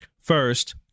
First